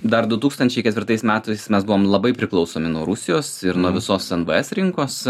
dar du tūkstančiai ketvirtais metais mes buvom labai priklausomi nuo rusijos ir nuo visos nvs rinkos